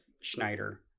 Schneider